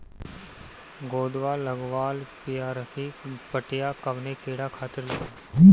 गोदवा लगवाल पियरकि पठिया कवने कीड़ा खातिर लगाई?